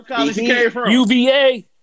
UVA